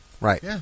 Right